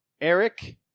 Eric